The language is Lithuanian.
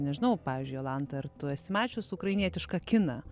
nežinau pavyzdžiui jolanta ar tu esi mačius ukrainietišką kiną